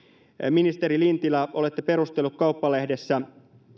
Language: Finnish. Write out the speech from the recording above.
ministeri lintilä olette perustellut kauppalehdessä